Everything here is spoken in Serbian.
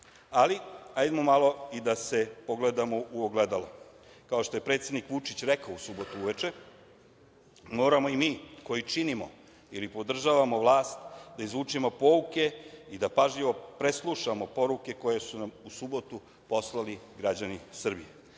ali hajdemo malo i da se pogledamo u ogledalo. Kao što je predsednik Vučić rekao u subotu uveče, moramo i mi koji činimo ili podržavamo vlast da izvučemo pouke i da pažljivo preslušamo poruke koje su nam u subotu poslali građani Srbije. Moramo